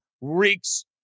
reeks